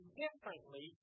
differently